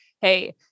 hey